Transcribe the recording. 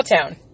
town